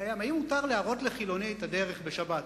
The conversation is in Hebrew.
האם מותר להראות לחילוני את הדרך בשבת,